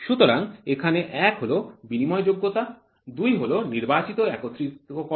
সুতরাং এখানে এক হল বিনিময়যোগ্যতা দুই হল নির্বাচিত একত্রিতকরণ